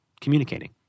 communicating